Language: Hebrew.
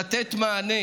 לתת מענה